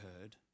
heard